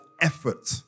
effort